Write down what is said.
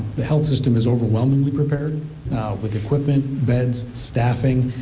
the health system is overwhelmingly prepared with equipment, beds, staff.